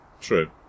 True